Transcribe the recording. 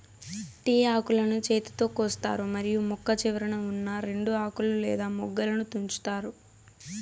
tea ఆకులను చేతితో కోస్తారు మరియు మొక్క చివరన ఉన్నా రెండు ఆకులు లేదా మొగ్గలను తుంచుతారు